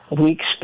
Weeks